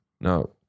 no